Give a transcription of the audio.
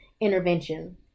intervention